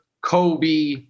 Kobe